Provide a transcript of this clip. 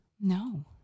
No